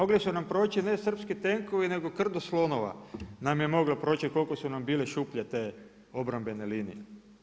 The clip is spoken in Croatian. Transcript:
Mogli su nam proći ne srpski tenkovi nego krdo slonova nam je moglo proći koliko su nam bile šuplje te obrambene linije.